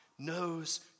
Knows